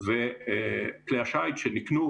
וכלי השיט שנקנו,